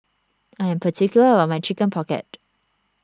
I am particular about my Chicken Pocket